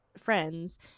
friends